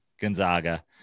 Gonzaga